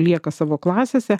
lieka savo klasėse